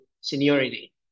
seniority